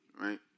right